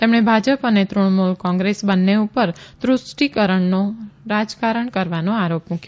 તેમણે ભાજપ અને તૃણમુલ કોંગ્રેસ બંન્ને પર તૃષ્ટિકરણનું રાજકારણ કરવાનો આરોપ મુક્યો